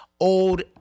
Old